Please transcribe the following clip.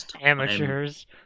amateurs